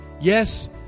yes